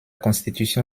constitution